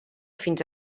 fins